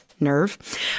nerve